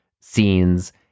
scenes